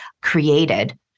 created